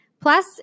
Plus